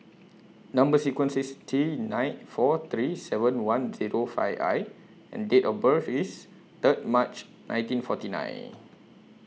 Number sequence IS T nine four three seven one Zero five I and Date of birth IS Third March nineteen forty nine